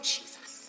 Jesus